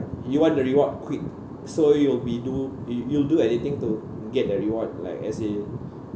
you want the reward quick so you'll be do~ you you'll do anything to get the reward like as in